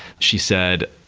she said,